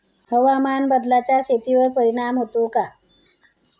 हवामान बदलाचा शेतीवर परिणाम होतो का?